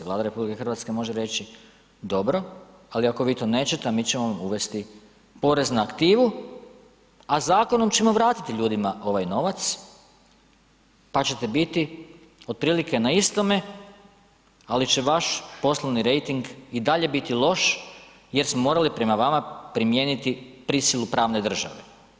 Vlada RH može reći dobro, ali ako vi to nećete, mi ćemo vam uvesti porez na aktivu a zakonom ćemo vratiti ljudima ovaj novac pa ćete biti otprilike na istome ali će vaš poslovni rejting i dalje biti loš jer smo morali prema vama primijeniti prisilu pravne države.